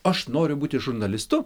aš noriu būti žurnalistu